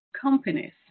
companies